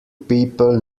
people